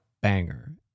banger